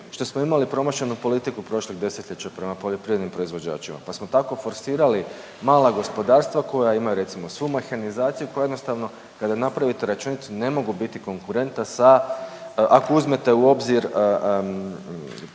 što smo imali promašenu politiku prošlih desetljeća prema poljoprivrednim proizvođačima pa smo tako forsirali mala gospodarstva koja imaju recimo svu mehnizaciju koja jednostavno kada napravite računicu ne mogu biti konkurentna sa ako uzmete u obzir količinu